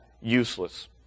useless